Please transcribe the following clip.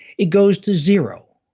it goes to zero,